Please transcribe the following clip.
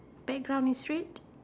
background is red